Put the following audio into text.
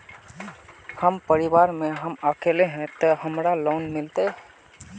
हम परिवार में हम अकेले है ते हमरा लोन मिलते?